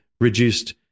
reduced